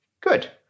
Good